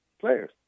players